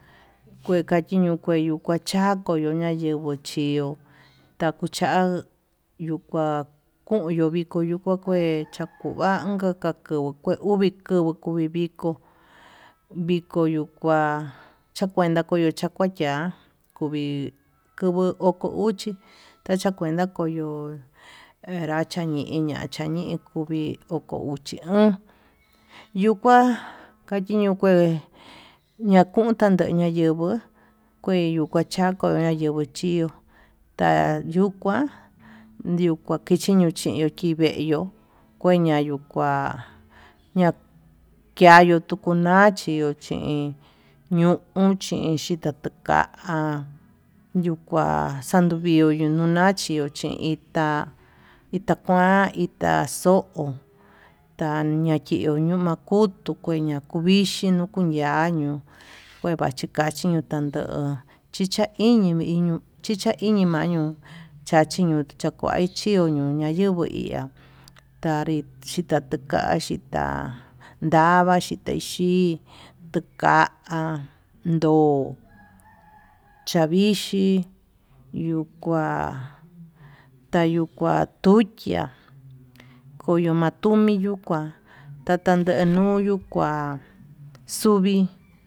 Kue kachiño kue kuu kacha'a koño nayenguo chió takucha yokonyo, viko yuu kua kué chakonva kueyu kuke uu uvi kuvuu kuvi vikó viko yuu kua chakuenta kuvuu kacha chiá, kuvi kovo oko uxi tachakuenta koyo era chañiña ñañii kuu kuvi oko uxi o'on yuu kua kayiño kué ñakonda yena yenguó kue ño'o kuachako kuayeño chí, iho tayuu kua ndukua kachiño chiyu chiveyuu kueña yuu kuá nakiayu tukuu nachió xhin ñuu chinka tuu ka'a ha yukua, xanduvio yuyunachió chin ita ita kuan ita xo'o tanakio yomakutu kuen ñakuvixhi ña'a kunñañu kue vachi kachi kundan ndo'ó, chichaiñi maño chichaiñi mañuu chachiño chakuichio ñuña yenguó iha tanri xhika tuu kaxhí ta'a ndava xhitei xhii tuka'a ndo'o chavixhi yuu kuá tayukua tuchiá komi matumi yuu kuá tata ten nuu yuu kuá xuvii.